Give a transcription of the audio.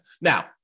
Now